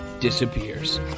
disappears